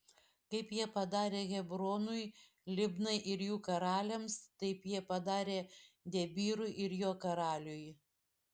kaip jie padarė hebronui libnai ir jų karaliams taip jie padarė debyrui ir jo karaliui